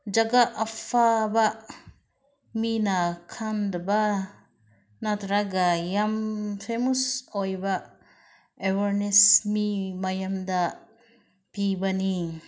ꯖꯒꯥ ꯑꯐꯕ ꯃꯤꯅ ꯈꯪꯗꯕ ꯅꯠꯇ꯭ꯔꯒ ꯌꯥꯝ ꯐꯦꯃꯁ ꯑꯣꯏꯕ ꯑꯦꯋꯥꯔꯅꯦꯁ ꯃꯤ ꯃꯌꯥꯝꯗ ꯄꯤꯕꯅꯤ